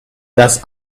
das